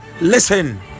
listen